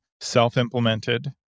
self-implemented